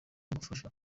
ugufasha